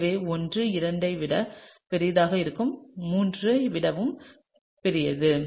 எனவே I II ஐ விட பெரியதாக இருக்கும் III ஐ விட வும் பெரியது